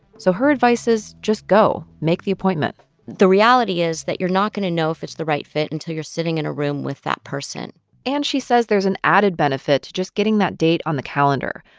so her advice is just go. make the appointment the reality is that you're not going to know if it's the right fit until you're sitting in a room with that person and she says there's an added benefit to just getting that date on the calendar.